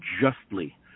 justly